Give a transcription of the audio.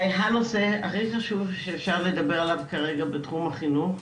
ה-נושא הכי חשוב שאפשר לדבר עליו כרגע בתחום החינוך.